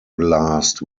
blast